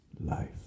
life